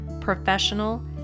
professional